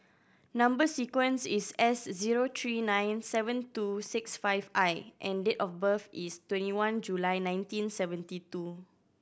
number sequence is S zero three nine seven two six five I and date of birth is twenty one July nineteen seventy two